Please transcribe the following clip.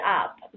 up